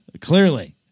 clearly